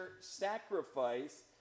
sacrifice